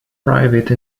private